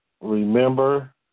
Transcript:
remember